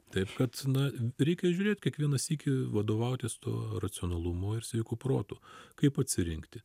taip kad na reikia žiūrėt kiekvieną sykį vadovautis tuo racionalumu ir sveiku protu kaip atsirinkti